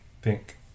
Pink